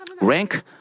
rank